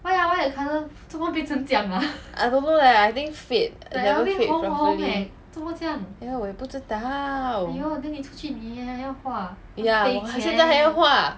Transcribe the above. I don't know eh I think fade never fade properly 我也不知道 ya 我现在还要画